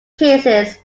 cases